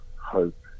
hope